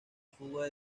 fuga